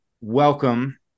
Welcome